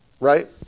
right